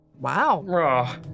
Wow